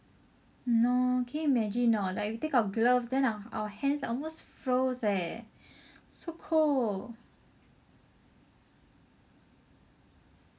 mm lor can you imagine hor like we take out our gloves then our hands like almost froze leh so cold